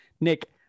Nick